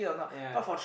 yea